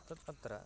तत् अत्र